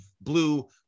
blue